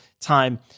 time